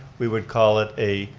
we would call it a